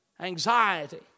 anxiety